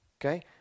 Okay